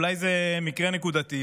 אולי זה מקרה נקודתי,